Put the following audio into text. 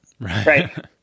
Right